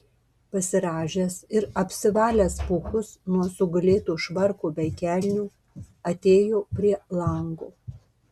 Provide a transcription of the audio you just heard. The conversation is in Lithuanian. pasirąžęs ir apsivalęs pūkus nuo sugulėto švarko bei kelnių atėjo prie lango